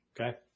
Okay